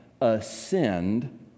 ascend